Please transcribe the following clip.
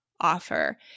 offer